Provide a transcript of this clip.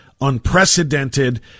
unprecedented